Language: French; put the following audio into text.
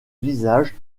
visage